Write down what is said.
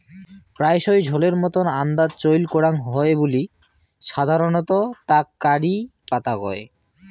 প্রায়শই ঝোলের মতন আন্দাত চইল করাং হই বুলি সাধারণত তাক কারি পাতা কয়